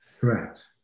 Correct